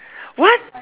what